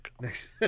Next